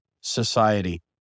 society